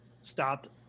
stopped